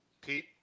Pete